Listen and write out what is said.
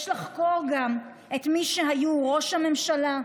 יש לחקור גם את מי שהיו ראש הממשלה,